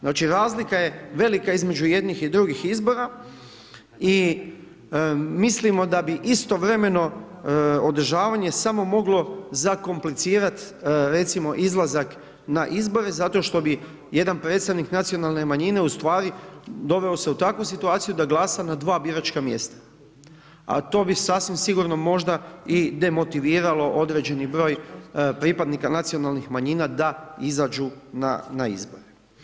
Znači, razlika je velika između jednih i drugih izbora i mislimo da bi istovremeno održavanje samo moglo zakomplicirat, recimo, izlazak na izbore zato što bi jedan predstavnik nacionalne manjine u stvari doveo se u takvu situaciju da glasa na dva biračka mjesta, a to bi sasvim sigurno možda i demotiviralo određeni broj pripadnika nacionalnih pripadnika da izađu na izbore.